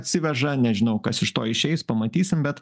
atsiveža nežinau kas iš to išeis pamatysim bet